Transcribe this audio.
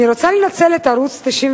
אני רוצה לנצל את ערוץ-99,